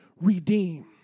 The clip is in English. redeem